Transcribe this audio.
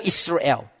Israel